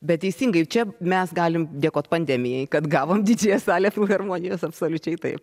bet teisingai čia mes galim dėkot pandemijai kad gavom didžiąją salę filharmonijos absoliučiai taip